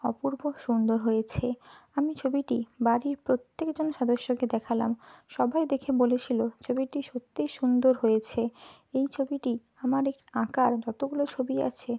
অপূর্ব সুন্দর হয়েছে আমি ছবিটি বাড়ির প্রত্যেকজন সদস্যকে দেখালাম সবাই দেখে বলেছিলো ছবিটি সত্যিই সুন্দর হয়েছে এই ছবিটি আমার এক আঁকার যতগুলো ছবি আছে